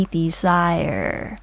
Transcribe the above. desire